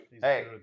Hey